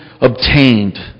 obtained